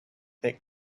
that